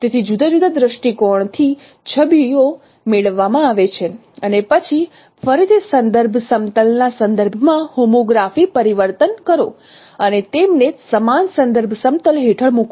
તેથી જુદા જુદા દૃષ્ટિકોણોથી છબીઓ મેળવવામાં આવે છે અને પછી ફરીથી સંદર્ભ સમતલ ના સંદર્ભ માં હોમોગ્રાફી પરિવર્તન કરો અને તેમને સમાન સંદર્ભ સમતલ હેઠળ મૂકો